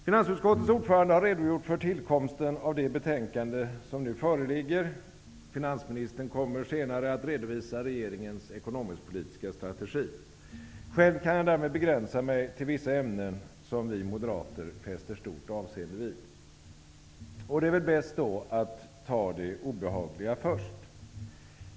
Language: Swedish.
Finansutskottets ordförande har redogjort för tillkomsten av det betänkande som nu föreligger. Finansministern kommer senare att redovisa regeringens ekonomisk-politiska strategi. Själv kan jag därmed begränsa mig till vissa ämnen, som vi moderater fäster stort avseende vid. Det är väl då bäst att ta det obehagliga först.